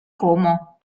como